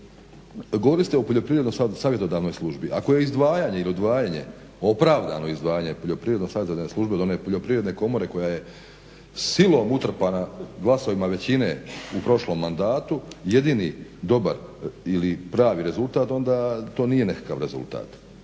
govorili ste o poljoprivredno savjetodavnoj službi, ako je izdvajanje ili odvajanje opravdano izdvajanje poljoprivrednog savjetodavne službe od one poljoprivredne komore koja je silom utrpana glasovima većine u prošlom mandatu, jedini dobar ili pravi rezultat onda to nije nekakav rezultat,